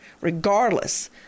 regardless